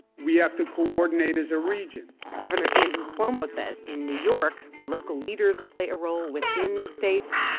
we have to coordinate as a region gov. and andrew cuomo says in new york, local leaders will play a role within the states,